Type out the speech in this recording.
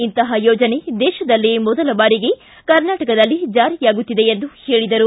ಇಂತಹ ಯೋಜನೆ ದೇಶದಲ್ಲೇ ಮೊದಲ ಬಾರಿಗೆ ಕರ್ನಾಟಕದಲ್ಲಿ ಜಾರಿಯಾಗುತ್ತಿದೆ ಎಂದು ಹೇಳಿದರು